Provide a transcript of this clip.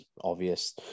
obvious